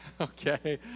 Okay